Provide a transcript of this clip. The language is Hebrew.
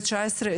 2019,